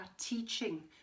teaching